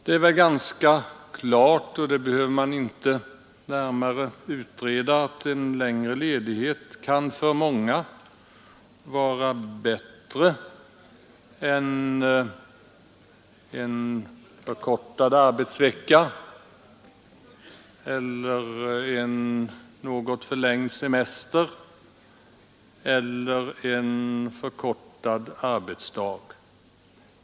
Det är dock ganska klart, och det behöver inte närmare utredas, att en längre ledighet för många kan vara bättre än förkortad arbetsvecka, något förlängd semester eller förkortad arbetsdag.